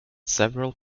several